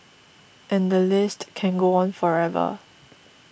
and the list can go on forever